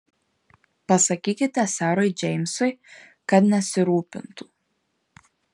pasakykite serui džeimsui kad nesirūpintų